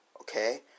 Okay